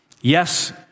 Yes